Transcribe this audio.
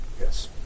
Yes